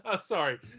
sorry